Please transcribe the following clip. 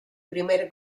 primer